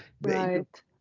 Right